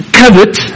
covet